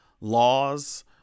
Laws